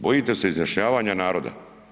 Bojite se izjašnjavanja naroda.